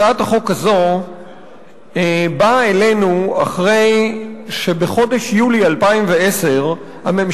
הצעת החוק הזו באה אלינו אחרי שבחודש יולי 2010 הממשלה